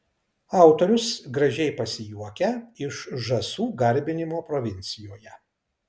autorius gražiai pasijuokia iš žąsų garbinimo provincijoje